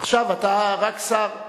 עכשיו אתה רק שר.